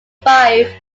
five